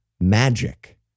magic